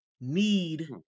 need